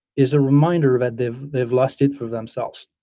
is a reminder that they've they've lost it for themselves.